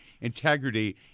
integrity